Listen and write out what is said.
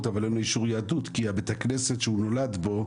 אבל אין לו אישור יהדות כי בית הכנסת שהוא נולד בו,